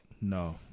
No